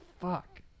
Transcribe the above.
fuck